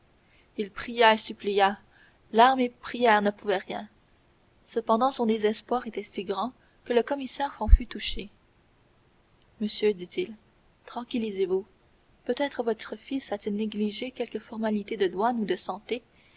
il pria et supplia larmes et prières ne pouvaient rien cependant son désespoir était si grand que le commissaire en fut touché monsieur dit-il tranquillisez-vous peut-être votre fils a-t-il négligé quelque formalité de douane ou de santé